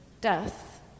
death